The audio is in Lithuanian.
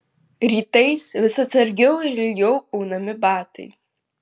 rytais vis atsargiau ir ilgiau aunami batai